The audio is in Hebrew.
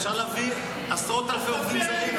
אפשר להביא עשרות אלפי עובדים זרים,